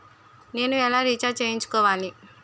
నేను ఎలా రీఛార్జ్ చేయించుకోవాలి?